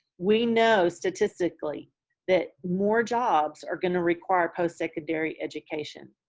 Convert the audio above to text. we know statistically that more jobs are going to require postsecondary education.